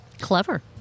Clever